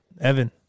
Evan